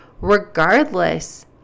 Regardless